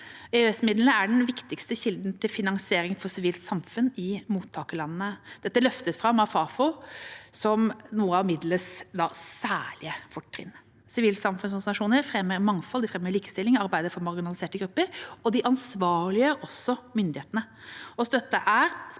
EØS-midlene er den viktigste kilden til finansiering for sivilt samfunn i mottakerlandene. Dette løftes fram av Fafo som noen av midlenes særlige fortrinn. Sivilsamfunnsorganisasjoner fremmer mangfold og likestilling, arbeider for marginaliserte grupper og ansvarliggjør myndigheter. Støtten er spesielt